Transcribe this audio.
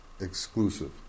Exclusive